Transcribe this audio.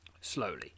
Slowly